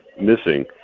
missing